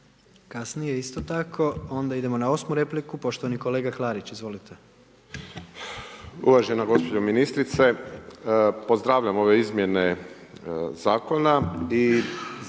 Kasnije isto tako. Onda idemo na 8 repliku, poštovani kolega Klarić, izvolite. **Klarić, Tomislav (HDZ)** Uvažena gospođo ministrice, pozdravljam ove izmjene zakona.